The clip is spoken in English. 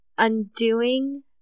Undoing